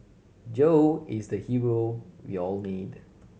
Joe is the hero we all need